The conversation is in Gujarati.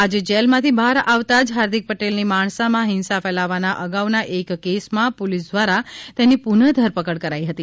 આજે જેલમાંથી બહાર આવતા જ હાર્દિક પટેલની માણસામાં હિંસા ફેલાવવાના અગાઉના એક કેસમાં પોલીસ દ્વારા તેની પુનઃ ધરપકડ કરાઈ હતી